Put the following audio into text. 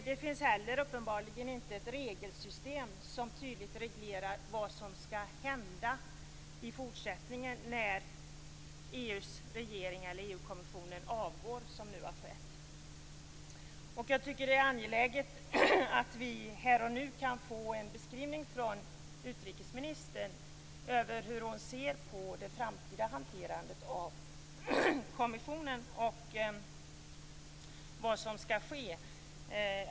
Det finns uppenbarligen inte heller ett regelsystem som tydligt reglerar vad som skall hända i fortsättningen när nu EU:s regering, eller EU kommissionen, har avgått. Det är angeläget att vi här och nu kan få höra från utrikesministern hur hon ser på det framtida hanterandet av kommissionen och på vad som skall ske.